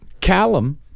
Callum